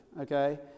okay